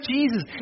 Jesus